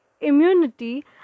immunity